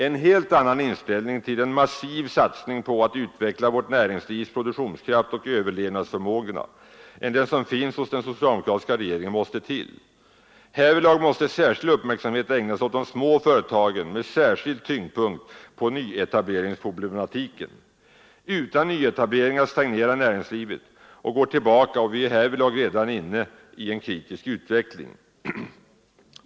En helt annan inställning till en massiv satsning på att utveckla vårt näringslivs produktionskraft och överlevnadsförmåga än den som finns hos den socialdem okratiska regeringen måste till. Härvidlag måste särskild uppmärksamhet ägnas åt de små företagen med särskild tyngdpunkt på nyetableringsproblematiken. Utan nyetableringar stagnerar näringslivet och går tillbaka, och vi är härvidlag redan inne i en kritisk utveckling.